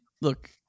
look